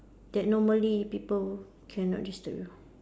that normally people cannot disturb you